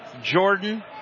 Jordan